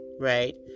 Right